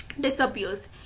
disappears